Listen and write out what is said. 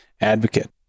advocate